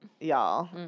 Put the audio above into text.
y'all